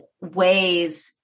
ways